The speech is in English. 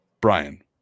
brian